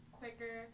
quicker